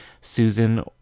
Susan